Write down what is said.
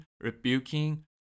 rebuking